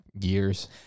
years